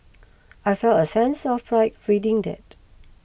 I felt a sense of pride reading that